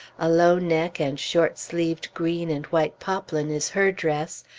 a low neck and short-sleeved green and white poplin is her dress,